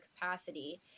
capacity